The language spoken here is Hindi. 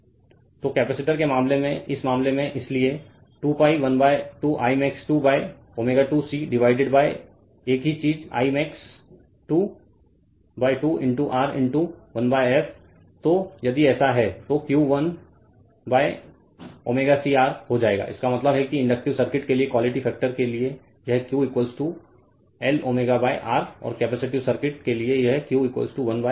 Refer Slide Time 1723 तो कपैसिटर के मामले में इस मामले में इसलिए 2 pi 12 Imax 2 ω2 C डिवाइडेड एक ही चीज़ I max 22 into R into 1 f तो यदि ऐसा है तो Q वन ωCR हो जाएगा इसका मतलब है कि इंडक्टिव सर्किट के लिए क्वालिटी फैक्टर के लिए यह Q L ω R और कपैसिटिव सर्किट के लिए यह Q 1 ω C R है